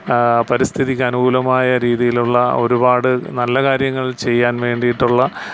പരിസ്ഥിതിക്ക് അനുകൂലമായ രീതിയിലുള്ള ഒരുപാട് നല്ല കാര്യങ്ങൾ ചെയ്യാൻ വേണ്ടിയിട്ടുള്ള